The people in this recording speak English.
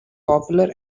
popular